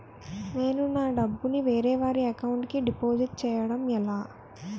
నేను నా డబ్బు ని వేరే వారి అకౌంట్ కు డిపాజిట్చే యడం ఎలా?